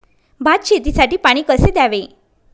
भात शेतीसाठी पाणी कसे द्यावे?